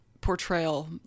portrayal